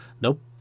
Nope